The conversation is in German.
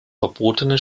verbotene